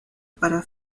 para